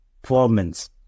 performance